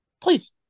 Please